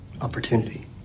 Opportunity